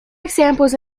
examples